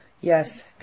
Yes